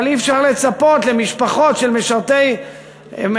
אבל אי-אפשר לצפות ממשפחות של חיילים